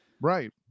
Right